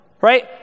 right